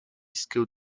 school